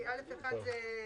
(א)(1)